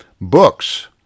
books